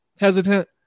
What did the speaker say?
Hesitant